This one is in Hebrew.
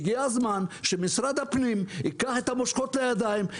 הגיע הזמן שמשרד הפנים ייקח את המושכות לידיים,